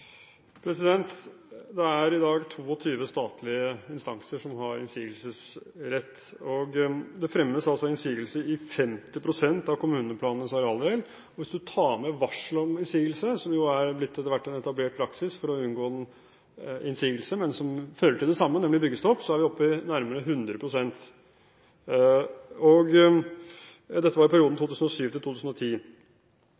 Det er i dag 22 statlige instanser som har innsigelsesrett. Det fremmes innsigelser til 50 pst. av kommuneplanenes arealdel. Hvis man tar med varsler om innsigelser, som etter hvert er blitt en etablert praksis for å unngå innsigelse, men som fører til det samme, nemlig byggestopp, er vi oppe i nærmere 100 pst. Dette var i perioden